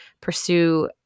pursue